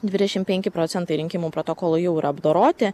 dvidešim penki procentai rinkimų protokolų jau yra apdoroti